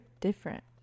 different